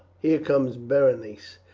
here comes berenice,